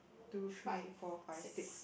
two three four five six